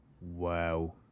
Wow